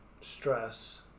stress